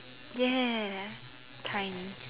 ya tiny